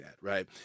right